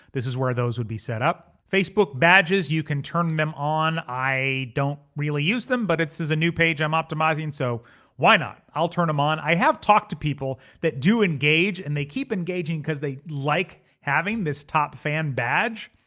this is where those would be set up. facebook badges, you can turn them on. i don't really use them but it says a new page, i'm optimizing, so why not? i'll turn them on, i have talked to people that do engage and they keep engaging cause they like having this top fan badge.